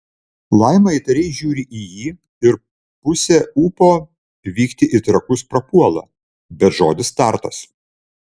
laima įtariai žiūri į jį ir pusė ūpo vykti į trakus prapuola bet žodis tartas